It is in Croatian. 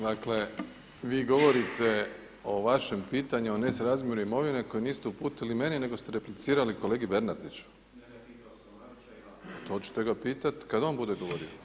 Dakle vi govorite o vašem pitanju o nesrazmjeru imovine koji niste uputili meni nego ste replicirali kolegi Bernardiću? … [[Upadica se ne čuje.]] To ćete ga pitati kada on bude govorio.